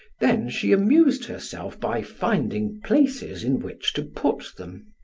then she amused herself by finding places in which to put them.